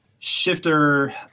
shifter